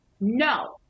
No